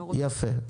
יפה.